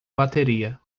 bateria